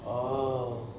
oh